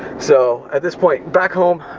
so, at this point, back home,